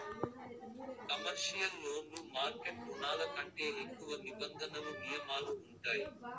commercial లోన్లు market రుణాల కంటే ఎక్కువ నిబంధనలు నియమాలు ఉంటాయి